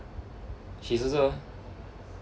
he's also